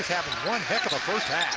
is having one heck of a first half.